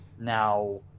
Now